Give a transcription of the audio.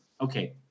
okay